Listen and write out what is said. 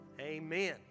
amen